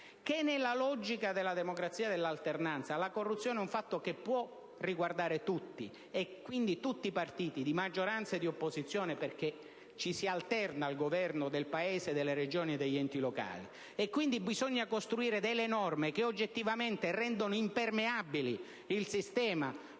che, nella logica della democrazia dell'alternanza, la corruzione può riguardare tutti, e quindi tutti i partiti di maggioranza e di opposizione, perché ci si alterna al Governo del Paese, delle Regioni e degli enti locali. Bisogna quindi costruire norme che oggettivamente rendono impermeabile il sistema alle